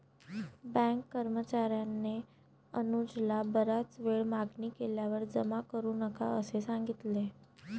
bank कर्मचार्याने अनुजला बराच वेळ मागणी केल्यावर जमा करू नका असे सांगितले